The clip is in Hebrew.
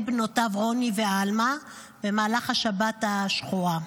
בנותיו רוני ועלמא במהלך השבת השחורה.